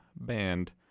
band